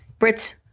Brits